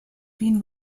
been